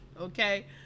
okay